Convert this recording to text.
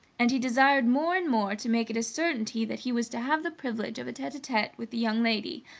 and he desired more and more to make it a certainty that he was to have the privilege of a tete-a-tete with the young lady,